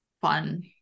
fun